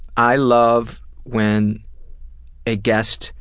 i love when a guest